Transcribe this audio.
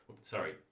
Sorry